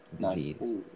disease